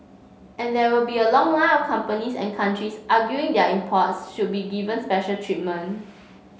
and there will be a long line of companies and countries arguing their imports should be given special treatment